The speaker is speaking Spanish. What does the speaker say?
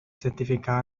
certificado